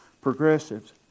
progressives